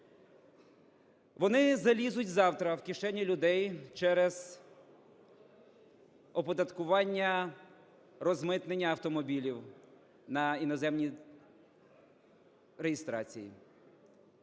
Вони залізуть завтра в кишені людей через оподаткування розмитнення автомобілів на іноземні реєстрації,